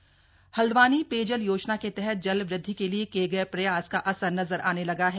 पेयजल योजना हल्दवानी पेयजल योजना के तहत जल वृद्धि के लिए किये गए प्रयास का असर नजर आने लगा है